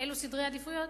אילו סדרי עדיפויות,